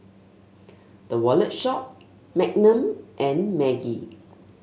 The Wallet Shop Magnum and Maggi